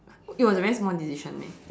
it was a very small decision meh